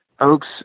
oaks